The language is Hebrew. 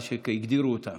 כמו שהגדירו אותם,